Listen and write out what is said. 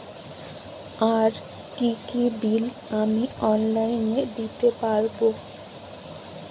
আর কি কি বিল আমি অনলাইনে দিতে পারবো?